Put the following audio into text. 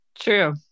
True